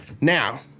Now